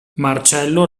marcello